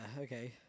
Okay